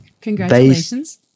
congratulations